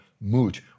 mood